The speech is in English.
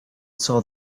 saw